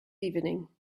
evening